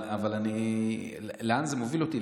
אבל לאן זה מוביל אותי?